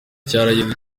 cyarageze